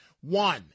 One